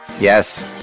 Yes